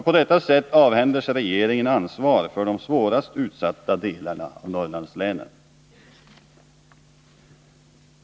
På detta sätt avhänder sig regeringen ansvar för de svårast utsatta delarna av Norrlandslänen.